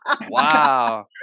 wow